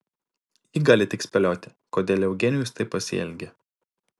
ji gali tik spėlioti kodėl eugenijus taip pasielgė